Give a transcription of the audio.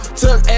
took